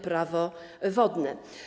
Prawo wodne.